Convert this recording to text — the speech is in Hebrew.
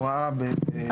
נכון,